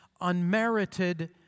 unmerited